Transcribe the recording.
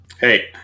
Hey